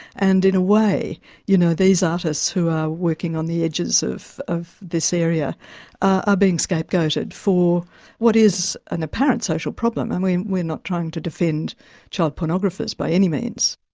and in a way you know these artists who are working on the edges of of this area are being scapegoated for what is an apparent social problem. and we're we're not trying to defend child pornographers, by any means.